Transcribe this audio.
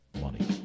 money